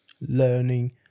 learning